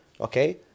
okay